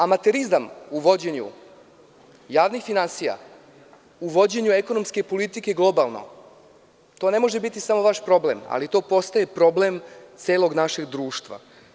Amaterizam u vođenju javnih finansija, u vođenju ekonomske politike globalno, to ne može biti samo vaš problem, ali to postaje problem celog našeg društva.